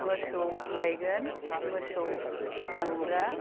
मोसौ लायगोन मोसौ दामब्रा